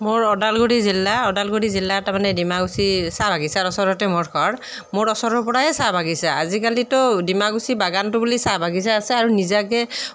মোৰ ওদালগুৰি জিলা ওদালগুৰি জিলাৰ তাৰ মানে ডিমাকুছী চাহ বাগিচাৰ ওচৰতে মোৰ ঘৰ মোৰ ওচৰৰ পৰাই চাহ বাগিচা আজিকালিতো ডিমাকুছী বাগানটো বুলি চাহ বাগিচা আছে আৰু নিজাকৈ